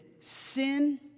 sin